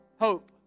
hope